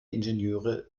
ingenieure